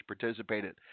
participated